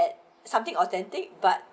at something on dividend but